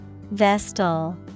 Vestal